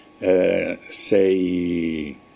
say